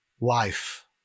life